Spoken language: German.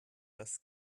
das